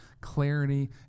clarity